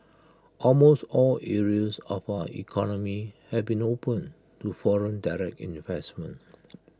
almost all areas of our economy have been opened to foreign direct investment